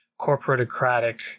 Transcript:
corporatocratic